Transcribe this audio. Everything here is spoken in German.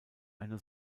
eine